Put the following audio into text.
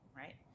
right